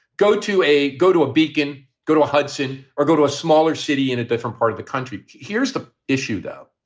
go to a go to a beacon, go to hudson or go to a smaller city in a different part of the country. here's the issue, though.